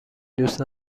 دوست